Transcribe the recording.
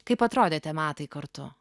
kaip atrodė tie matai kartu